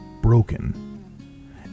broken